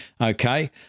Okay